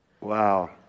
Wow